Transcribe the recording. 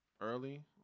early